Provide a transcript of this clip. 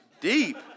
deep